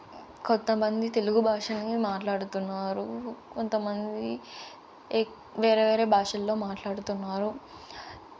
కొంత మంది తెలుగు భాషని మాట్లాడుతున్నారు కొంతమంది ఎక్ వేరే వేరే భాషల్లో మాట్లాడుతున్నారు